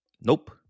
Nope